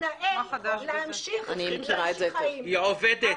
היא עובדת.